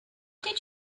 did